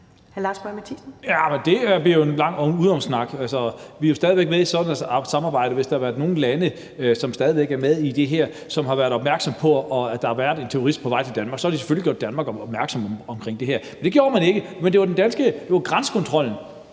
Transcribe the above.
Det bliver jo en lang udenomssnak. Vi er jo stadig væk med i samarbejdet. Hvis der havde været nogen lande, som stadig væk er med i det her, som havde været opmærksomme på, at der var en terrorist på vej til Danmark, så havde de selvfølgelig gjort Danmark opmærksom på det, men det gjorde man ikke. Det var den danske grænsekontrol,